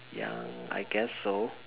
ya I guess so